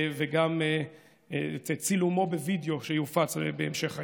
וגם את צילומו בווידיאו, שיופץ בהמשך היום,